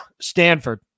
Stanford